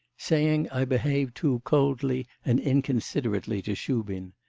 saying i behave too coldly and inconsiderately to shubin.